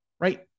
right